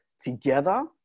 together